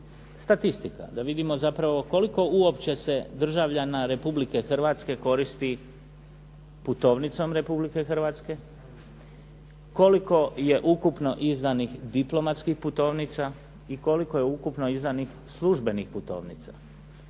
statistika da vidimo zapravo koliko uopće se državljana Republike Hrvatske koristi putovnicom Republike Hrvatske, koliko je ukupno izdanih diplomatskih putovnica i koliko je ukupno izdanih službenih putovnica.